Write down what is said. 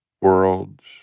worlds